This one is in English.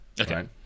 Okay